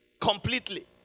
completely